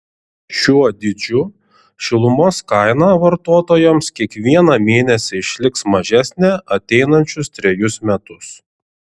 šiuo dydžiu šilumos kaina vartotojams kiekvieną mėnesį išliks mažesnė ateinančius trejus metus